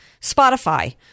Spotify